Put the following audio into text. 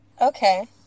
Okay